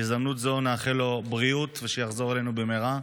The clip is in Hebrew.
בהזדמנות זו נאחל לו בריאות ושיחזור אלינו במהרה.